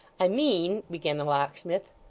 i mean began the locksmith.